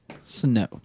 Snow